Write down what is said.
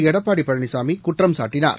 எடப்பாடிபழனிசாமிகுற்றம் சாட்டினார்